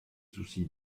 soucis